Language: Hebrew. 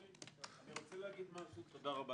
תודה.